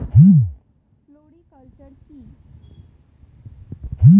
Floriculture কি?